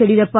Yediyurappa